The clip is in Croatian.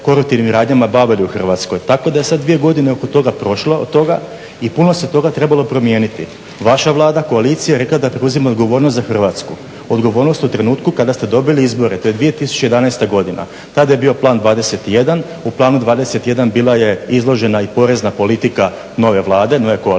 koruptivnim radnjama bavili u Hrvatskoj. Tako da sad 2 godine oko toga, prošlo je od toga, i puno se toga trebalo promijeniti. Vaša Vlada, koalicija je rekla da preuzima odgovornost za Hrvatsku, odgovornost u trenutku kada ste dobili izbore. To je 2011. godina. Tada je bio Plan 21, u Planu 21 bila je izložena i porezna politika nove Vlade, nove koalicije,